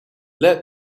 let